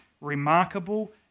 remarkable